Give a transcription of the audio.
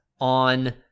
on